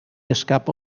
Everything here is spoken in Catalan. escapa